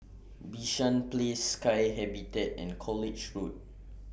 Bishan Place Sky Habitat and College Road